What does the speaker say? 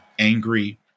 Angry